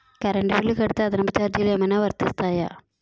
Current bill కడితే అదనపు ఛార్జీలు ఏమైనా వర్తిస్తాయా?